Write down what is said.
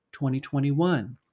2021